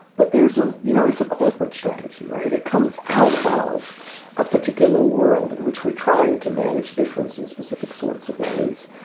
but there's a you know, it's a corporate strategy, right? it comes out of a particular world in which we're trying to manage difference in specific sorts of ways.